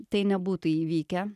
tai nebūtų įvykę